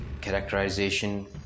characterization